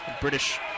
British